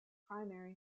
primary